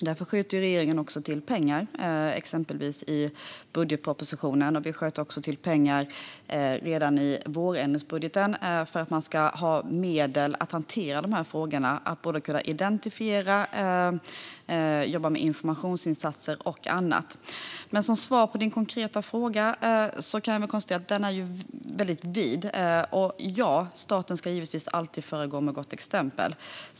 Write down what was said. Därför skjuter regeringen till pengar, exempelvis i budgetpropositionen. Vi sköt också till pengar redan i vårändringsbudgeten för att man ska ha medel att hantera det här problemet och kunna identifiera och jobba med informationsinsatser och annat. Jag kan konstatera att din konkreta fråga är väldigt vid. Och ja, staten ska givetvis alltid föregå med gott exempel.